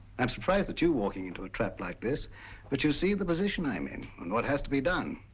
i'm surprised that you're walking into a trap like this but you see the position i'm in and what has to be done.